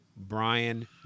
brian